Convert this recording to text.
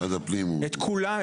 ואת כולם,